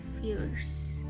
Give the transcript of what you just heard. fears